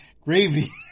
gravy